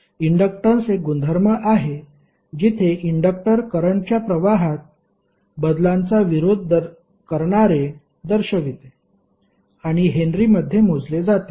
inductance एक गुणधर्म आहे जिथे इंडक्टर करंटच्या प्रवाहात बदलांचा विरोध करणारे दर्शविते आणि हेनरी मध्ये मोजले जाते